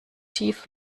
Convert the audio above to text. tief